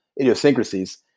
idiosyncrasies